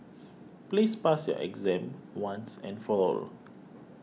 please pass your exam once and for all